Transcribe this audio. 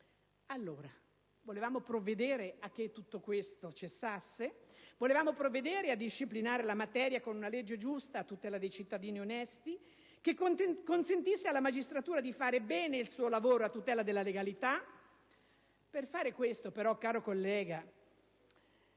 Allora volevamo provvedere a che tutto questo cessasse. Volevamo provvedere a disciplinare la materia con una legge giusta a tutela dei cittadini onesti, che consentisse alla magistratura di fare bene il suo lavoro a tutela della legalità. Per fare questo però - caro collega